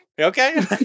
okay